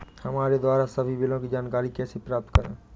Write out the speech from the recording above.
हमारे द्वारा सभी बिलों की जानकारी कैसे प्राप्त करें?